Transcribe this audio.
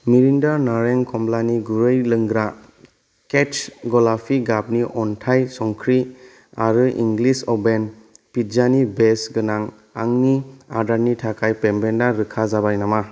Mirinda नारें खमलानि गुरै लोंग्रा कैच गलापि गाबनि अन्थाइ संख्रि आरो इंलिश अवेन पिज्जानि बेस गोनां आंनि अर्डारनि थाखाय पेमेन्टा रोखा जाबाय नामा